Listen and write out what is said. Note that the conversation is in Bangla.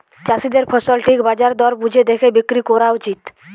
চাষীদের ফসল ঠিক বাজার দর বুঝে দেখে বিক্রি কোরা উচিত